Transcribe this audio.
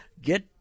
get